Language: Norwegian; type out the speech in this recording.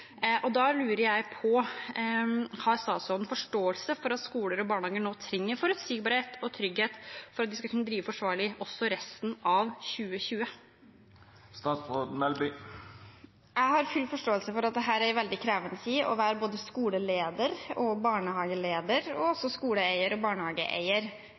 Da lurer jeg på: Har statsråden forståelse for at skoler og barnehager nå trenger forutsigbarhet og trygghet for at de skal kunne drive forsvarlig også resten av 2020? Jeg har full forståelse for at dette er en veldig krevende tid å være både skoleleder, barnehageleder og også skoleeier og barnehageeier